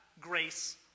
grace